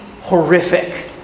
horrific